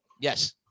Yes